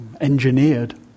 engineered